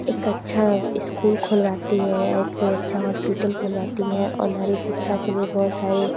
एक अच्छा स्कूल खुलवाती है एक अच्छा हॉस्पिटल खुलवाती है और नारी शिक्षा के लिए बहुत सारी